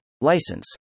License